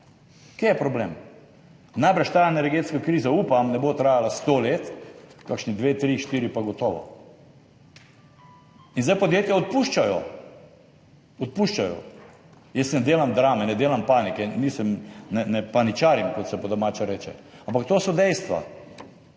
Kje je tu problem? Najbrž ta energetska kriza, upam, ne bo trajala 100 let, kakšni dve, tri, štiri pa gotovo. Podjetja zdaj odpuščajo. Jaz ne delam drame, ne delam panike, ne paničarim, kot se po domače reče, ampak to so dejstva.